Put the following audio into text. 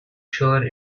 sure